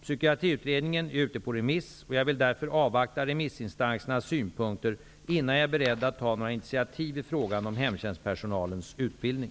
Psykiatriutredningen är ute på remiss, och jag vill därför avvakta remissinstansernas synpunkter innan jag är beredd att ta några initiativ i frågan om hemtjänstpersonalens utbildning.